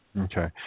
Okay